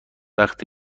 وقتی